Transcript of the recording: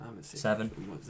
Seven